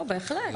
לא, בהחלט.